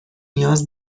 نیاز